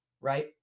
right